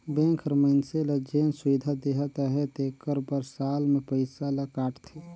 bank हर मइनसे ल जेन सुबिधा देहत अहे तेकर बर साल में पइसा ल काटथे